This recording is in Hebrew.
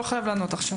לא חייב לענות עכשיו.